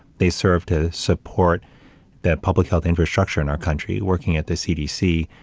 they serve to support the public health infrastructure in our country working at the cdc,